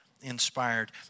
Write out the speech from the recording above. inspired